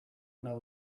know